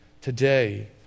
Today